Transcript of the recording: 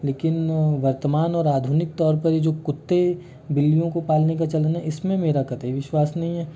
लेकिन वर्तमान और आधुनिक तौर पर ये जो कुत्ते बिल्लियों को पालने का चलन है इसमें मेरा कतई विश्वास नहीं है